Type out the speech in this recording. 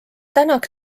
tänak